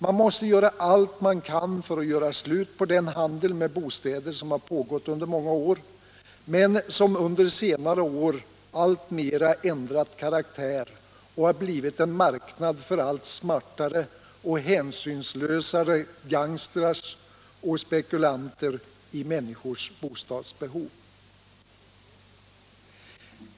Man måste göra allt man kan för att få slut på den handel med bostäder som har pågått under många år men som under senare år alltmer ändrat karaktär och blivit en marknad för allt smartare och hänsynslösare gangstrar och spekulanter i människors bostadsbehov.